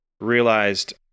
realized